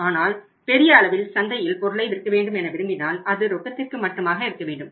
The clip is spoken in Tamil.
ஆனால் பெரிய அளவில் சந்தையில் பொருளை விற்க வேண்டும் என விரும்பினால் அது ரொக்கத்திற்கு மட்டுமாக இருக்க வேண்டும்